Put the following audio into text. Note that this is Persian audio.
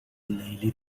لیلی